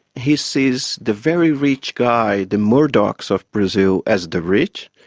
he sees the very rich guy, the murdochs of brazil, as the rich,